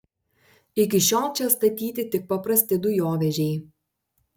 iki šiol čia statyti tik paprasti dujovežiai